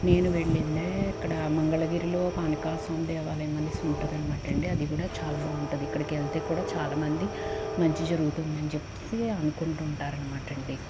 నేను వెళ్ళిందే ఇక్కడ మంగళగిరిలో పానకాల స్వామి దేవాలయం అనేసి ఉంటుందనమాట అండి అది కూడా చాలా బాగుంటది ఇక్కడికి వెళ్తే కూడా చాలామంది మంచి జరుగుతుంది అని చెప్పేసి అనుకుంటుంటారు అనమాట అండి